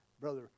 Brother